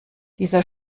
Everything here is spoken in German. dieser